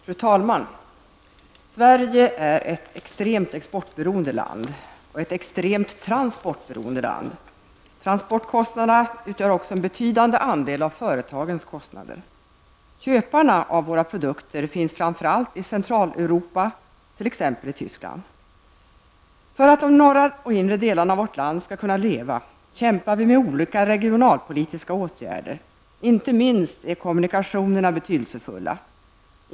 Fru talman! Sverige är ett extremt exportberoende land och ett extremt transportberoende land. Transportkostnaderna utgör också en betydande andel av företagens kostnader. Köparna av våra produkter finns framför allt i Centraleuropa, t.ex. i För att de norra och inre delarna av vårt land skall kunna leva, kämpar vi med olika regionalpolitiska åtgärder. Inte minst är kommunikationerna betydelsefulla.